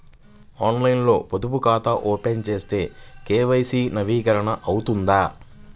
ఆన్లైన్లో పొదుపు ఖాతా ఓపెన్ చేస్తే కే.వై.సి నవీకరణ అవుతుందా?